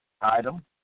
item